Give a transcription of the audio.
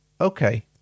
okay